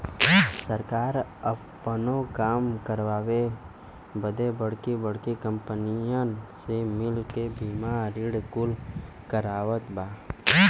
सरकार आपनो काम करावे बदे बड़की बड़्की कंपनीअन से मिल क बीमा ऋण कुल करवावत बा